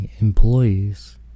employees